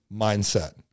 mindset